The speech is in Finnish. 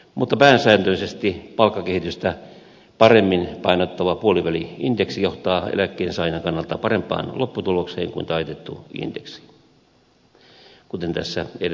mutta pääsääntöisesti palkkakehitystä paremmin painottava puoliväli indeksi johtaa eläkkeensaajan kannalta parempaan lopputulokseen kuin taitettu indeksi kuten tässä edellä totesin